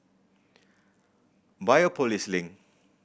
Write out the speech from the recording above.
Biopolis Link